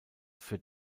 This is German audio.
für